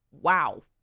wow